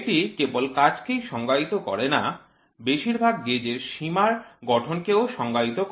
এটি কেবল কাজকেই সংজ্ঞায়িত করে না বেশিরভাগ গেজের সীমা র গঠন কেও সংজ্ঞায়িত করে